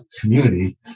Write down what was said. community